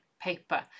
paper